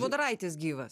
budraitis gyvas